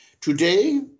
today